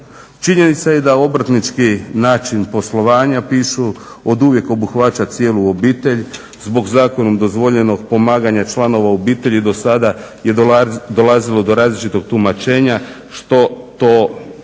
Činjenica je da obrtnički način poslovanja piše oduvijek obuhvaća cijelu obitelj zbog zakonom dozvoljenog pomaganja članova obitelji. Dosada je dolazilo do različitog tumačenja što to